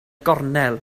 gornel